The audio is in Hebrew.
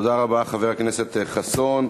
תודה רבה, חבר הכנסת חסון.